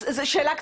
שאלה קצרה.